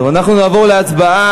טוב, אנחנו נעבור להצבעה.